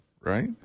right